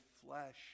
flesh